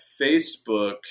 facebook